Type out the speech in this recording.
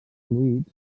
fluids